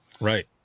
Right